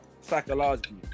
psychologically